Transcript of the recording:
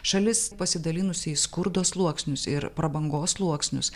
šalis pasidalinusi į skurdo sluoksnius ir prabangos sluoksnius